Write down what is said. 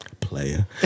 Player